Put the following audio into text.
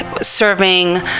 serving